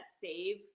save